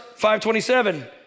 527